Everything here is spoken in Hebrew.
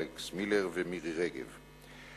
אלכס מילר ומירי רגב.